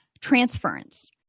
transference